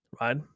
right